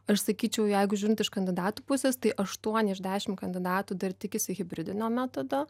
aš sakyčiau jeigu žiūrint iš kandidatų pusės tai aštuoni iš dešim kandidatų dar tikisi hibridinio metodo